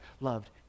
loved